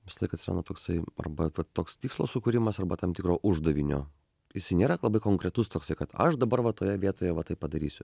visąlaik atsimenu toksai arba toks tikslo sukūrimas arba tam tikro uždavinio jisai nėra labai konkretus toksai kad aš dabar va toje vietoje va taip padarysiu